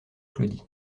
claudie